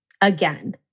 again